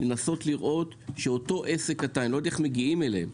לראות שאותו עסק קטן לא יודע איך מגיעים אליהם.